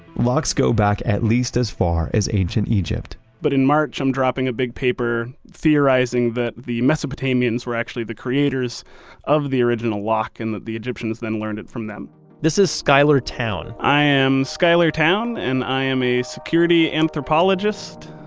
locks go back at least as far as ancient egypt but in march i'm dropping a big paper theorizing that the mesopotamians were actually the creators of the original lock, and that the egyptians then learned it from them this is schuyler towne i am schuyler towne, and i am a security anthropologist,